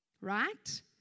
Right